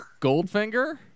goldfinger